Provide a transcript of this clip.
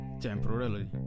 temporarily